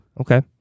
Okay